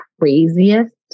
craziest